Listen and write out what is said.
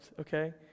okay